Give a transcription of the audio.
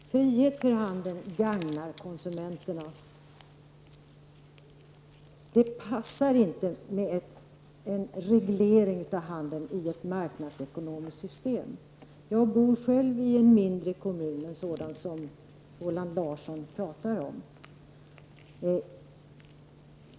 Herr talman! Frihet för handeln gagnar konsumenterna. Det passar inte med en reglering av handeln i ett marknadsekonomiskt system. Jag bor själv i en mindre kommun, en sådan som Roland Larsson talar om.